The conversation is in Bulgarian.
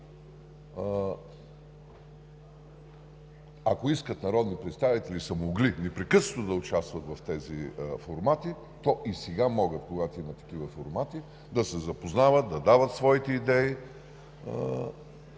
Ако са искали, народните представители са могли непрекъснато да участват в тези формати. Те и сега могат, когато има такива формати, да се запознават и да дават своите идеи.